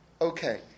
Okay